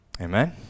amen